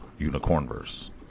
Unicornverse